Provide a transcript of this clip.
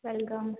welcome